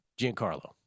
Giancarlo